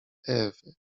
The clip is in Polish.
ewy